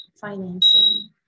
financing